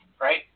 right